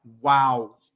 Wow